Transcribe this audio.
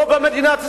לא במדינת ישראל.